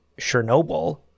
chernobyl